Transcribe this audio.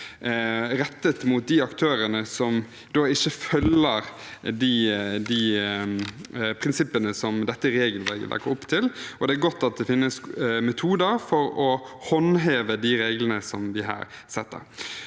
rettet mot de aktørene som ikke følger de prinsippene som dette regelverket legger opp til. Det er godt at det finnes metoder for å håndheve de reglene som vi her setter.